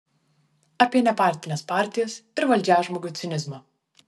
apie nepartines partijas ir valdžiažmogių cinizmą